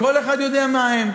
כל אחד יודע מה הם,